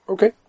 Okay